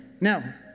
Now